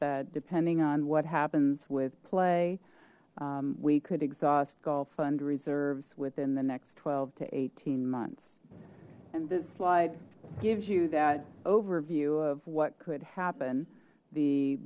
that depending on what happens with play we could exhaust golf fund reserves within the next twelve to eighteen months and this slide gives you that overview of what could happen the